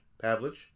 Pavlich